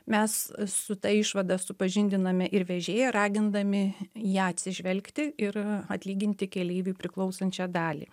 mes su ta išvada supažindiname ir vežėją ragindami į ją atsižvelgti ir atlyginti keleiviui priklausančią dalį